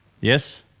Yes